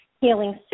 healing